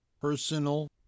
personal